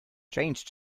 change